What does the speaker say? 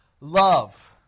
love